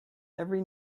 every